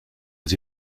aux